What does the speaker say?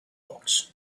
books